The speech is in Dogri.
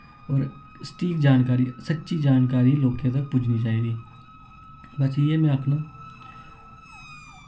और सटीक जानकारी सच्ची जानकारी लोकें तक्कर पुज्जनी चाहिदी बस इ'यै में आखना